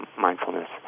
mindfulness